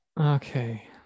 Okay